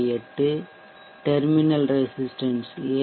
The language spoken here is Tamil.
8 டெர்மினல் ரெசிஸ்ட்டன்ஸ் 7